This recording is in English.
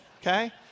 Okay